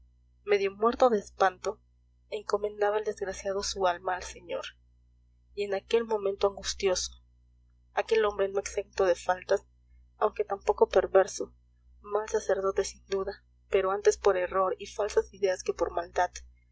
medio muerto de espanto encomendaba el desgraciado su alma al señor y en aquel momento angustioso aquel hombre no exento de faltas aunque tampoco perverso mal sacerdote sin duda pero antes por error y falsas ideas que por maldad